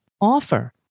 offer